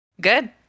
good